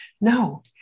No